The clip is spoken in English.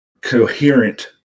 coherent